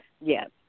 Yes